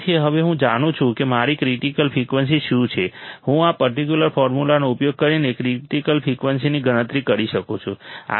તેથી હવે હું જાણું છું કે મારી ક્રિટિકલ ફ્રિકવન્સી શું છે હું આ પર્ટિક્યુલર ફોર્મ્યુલાનો ઉપયોગ કરીને ક્રિટિકલ ફ્રિકવન્સીની ગણતરી કરી શકું છું